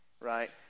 right